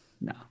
No